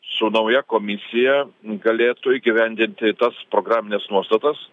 su nauja komisija galėtų įgyvendinti tas programines nuostatas